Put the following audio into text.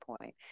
point